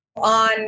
on